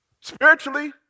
Spiritually